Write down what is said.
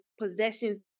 possessions